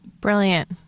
Brilliant